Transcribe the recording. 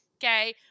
okay